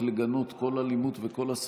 אני מציע לכולנו לא רק לגנות כל אלימות וכל הסתה,